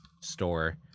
store